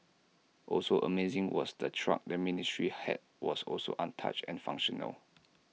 also amazing was the truck the ministry had was also untouched and functional